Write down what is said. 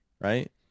right